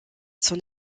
son